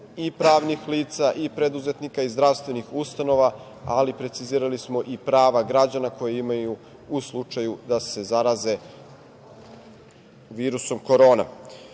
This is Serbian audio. i pravnih lica i preduzetnika i zdravstvenih ustanova, ali precizirali smo i prava građana koja imaju u slučaju da se zaraze virusom korona. Sada,